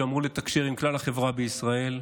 שאמור לתקשר עם כלל החברה בישראל,